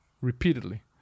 repeatedly